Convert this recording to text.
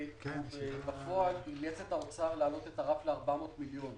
בפועל הוא אילץ את הרף ל-400 מיליון.